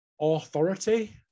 authority